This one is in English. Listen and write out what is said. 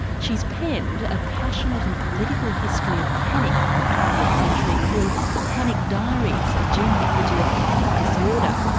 she's penned a passionate and political history of panic in the twentieth century called panic diaries a genealogy of panic disorder.